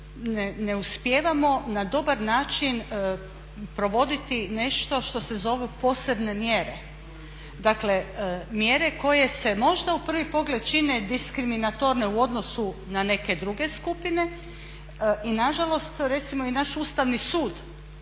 ne uspijevamo na dobar način provoditi nešto što se zovu posebne mjere, dakle mjere koje se možda u prvi pogled čine diskriminatorne u odnosu na neke druge skupine i nažalost recimo i naš Ustavni sud